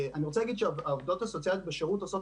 אני רוצה להגיד שהעובדות הסוציאליות בשירות עושות